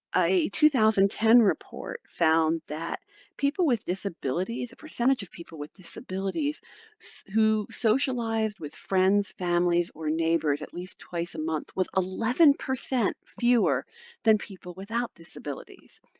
a two thousand and ten report found that people with disabilities, a percentage of people with disabilities who socialized with friends, families, or neighbors at least twice a month was eleven percent fewer than people without disabilities.